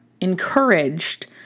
encouraged